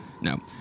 No